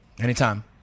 Anytime